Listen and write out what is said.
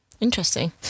Interesting